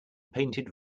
painted